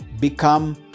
become